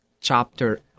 chapter